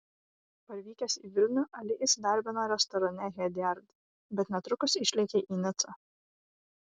parvykęs į vilnių ali įsidarbino restorane hediard bet netrukus išlėkė į nicą